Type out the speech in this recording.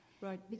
Right